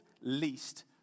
least